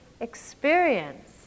experience